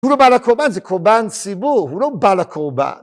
הוא לא בעל הקורבן, זה קורבן ציבור, הוא לא בעל הקורבן.